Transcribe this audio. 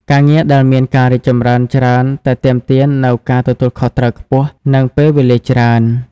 ការងារដែលមានការរីកចម្រើនច្រើនតែទាមទារនូវការទទួលខុសត្រូវខ្ពស់ និងពេលវេលាច្រើន។